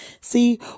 See